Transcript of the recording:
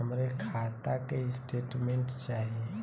हमरे खाता के स्टेटमेंट चाही?